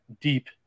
deep